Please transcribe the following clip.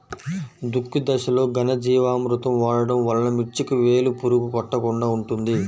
దుక్కి దశలో ఘనజీవామృతం వాడటం వలన మిర్చికి వేలు పురుగు కొట్టకుండా ఉంటుంది?